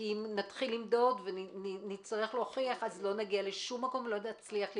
כי אם נמדוד, ונצטרך להוכיח, לא נצליח להתקדם.